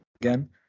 again